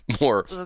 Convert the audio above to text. more